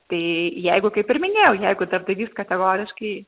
tai jeigu kaip ir minėjau jeigu darbdavys kategoriškai